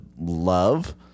love